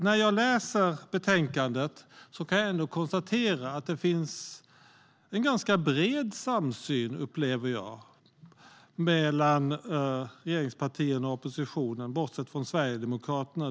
När jag läser betänkandet kan jag konstatera att det finns en ganska bred samsyn mellan regeringspartierna och oppositionen, bortsett från Sverigedemokraterna.